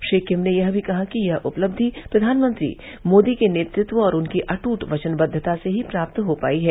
Shri Kim ने यह भी कहा कि यह उपलब्धि प्रधानमंत्री मोदी के नेतृत्व और उनकी अट्रट क्चनबद्वता से ही प्राप्त हो पाई है